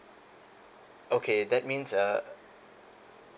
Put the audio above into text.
okay that means uh